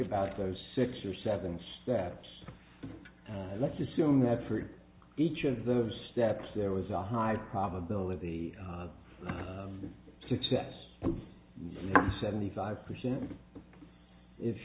about those six or seven steps and let's assume that for each of those steps there was a high probability of success in seventy five percent if